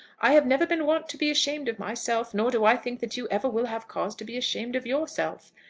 i have never been wont to be ashamed of myself nor do i think that you ever will have cause to be ashamed of yourself.